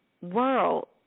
world